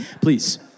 Please